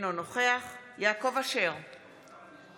אינו נוכח יעקב אשר,